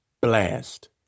blast